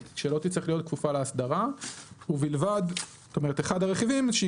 שלא תצטרך להיות כפופה לאסדרה ואחד הרכיבים שהיא